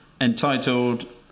entitled